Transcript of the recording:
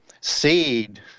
seed